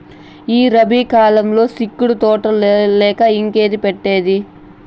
ఈ రబీ కాలంల సిక్కుడు తోటలేయక ఇంకేంది పెట్టేది